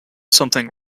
something